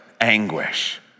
anguish